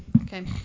Okay